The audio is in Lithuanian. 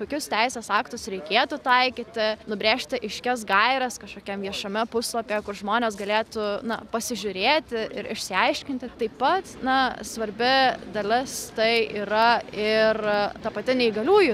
kokius teisės aktus reikėtų taikyti nubrėžti aiškias gaires kažkokiam viešame puslapyje kur žmonės galėtų na pasižiūrėti ir išsiaiškinti tai pats na svarbi dalis tai yra ir ta pati neįgaliųjų